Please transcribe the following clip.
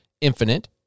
infinite